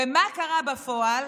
ומה קרה בפועל?